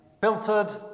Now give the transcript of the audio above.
filtered